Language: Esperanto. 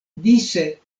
dise